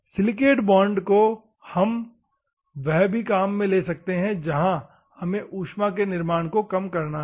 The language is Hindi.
सिलिकेट बॉन्ड को हम वह भी काम ले सकते है जहा हमें ऊष्मा के निर्माण को काम रखना है